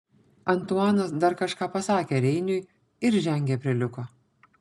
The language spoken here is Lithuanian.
antuanas dar kažką pasakė reiniui ir žengė prie liuko